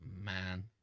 Man